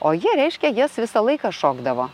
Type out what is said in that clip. o jie reiškia jas visą laiką šokdavo